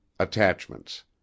Attachments